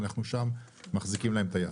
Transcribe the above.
אנחנו שם מחזיקים להם את היד.